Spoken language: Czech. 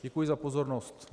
Děkuji za pozornost.